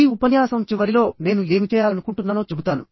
ఈ ఉపన్యాసం చివరిలో నేను ఏమి చేయాలనుకుంటున్నానో చెబుతాను